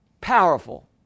Powerful